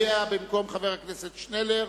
חבר הכנסת שנלר.